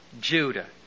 Judah